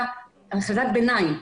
זו החלטת ביניים.